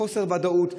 חוסר הוודאות,